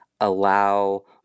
allow